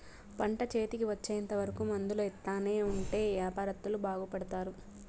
పంట చేతికి వచ్చేంత వరకు మందులు ఎత్తానే ఉంటే యాపారత్తులు బాగుపడుతారు